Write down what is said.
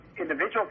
individual